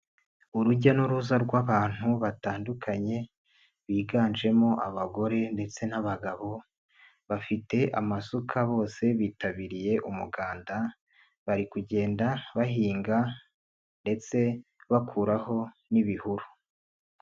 Urujya n'uruza rw'abantu batandukanye biganjemo abagore ndetse n'abagabo bafite amasuka bose bitabiriye umuganda bari kugenda bahinga ndetse bakuraho n'ibihuru.